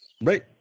Right